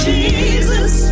Jesus